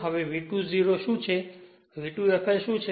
હવે V2 0 શું છે V2 fl શું છે